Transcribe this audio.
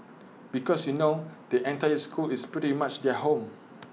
because you know the entire school is pretty much their home